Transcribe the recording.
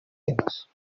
temes